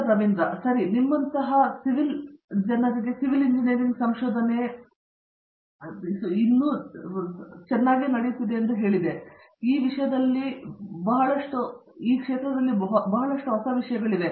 ರವೀಂದ್ರ ಗೆಟ್ಟು ಸರಿ ನಿಮ್ಮಂತಹ civil engineering ಸಂಶೋಧನೆ ಸುತ್ತಲೂ ಇರುವಂತಹ ಪರಿಚಯದಲ್ಲಿ ಹೇಳಿದೆ ಬಹಳಷ್ಟು ಹೊಸ ವಿಷಯಗಳು ಬರುತ್ತಿವೆ